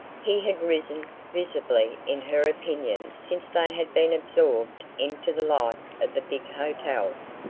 he had risen visibly in her opinion since they had been absorbed into the life of the big hotels,